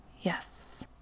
yes